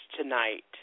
tonight